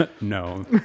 No